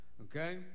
okay